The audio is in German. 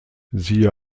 siehe